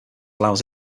allows